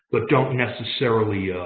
but don't necessarily